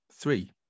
three